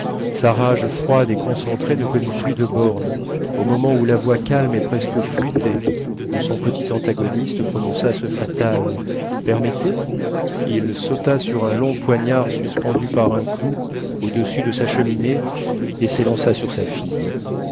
sa rage froide et concentrée ne connut plus de bornes au moment où la voix calme et presque flûtée de son petit antagoniste prononça ce fatal permettez il sauta sur un long poignard suspendu par un clou au-dessus de sa cheminée et s'élança sur sa fille